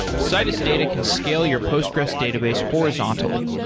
citus data can scale your postgressql database horizontally.